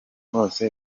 bose